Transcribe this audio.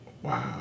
Wow